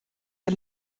der